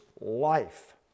life